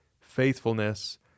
faithfulness